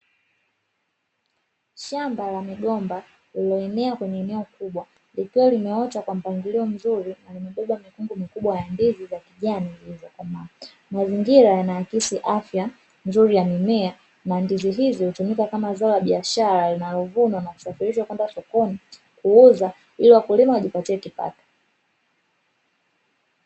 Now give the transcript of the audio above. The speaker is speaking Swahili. Shamba la migomba lililoenea kwenye eneo kubwa likiwa limeota kwa mpangilio mzuri na limebeba mikungu mikubwa ya ndizi za kijani zilizokomaa, mazingira yanaakisi afya nzuri ya mimea na ndizi hizi hutumika kama zao la biashara linalovunwa na kusafirishwa kwenda sokoni kuuza ili wakulima wajipatie kipato.